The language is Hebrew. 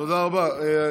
תודה רבה.